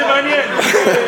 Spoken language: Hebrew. שאלה מעניינת.